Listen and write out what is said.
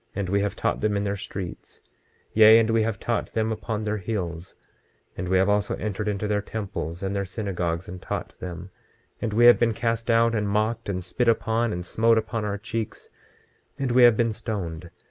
and we have taught them in their streets yea, and we have taught them upon their hills and we have also entered into their temples and their synagogues and taught them and we have been cast out, and mocked, and spit upon, and smote upon our cheeks and we have been stoned,